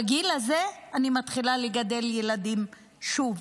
בגיל הזה אני מתחילה לגדל ילדים שוב.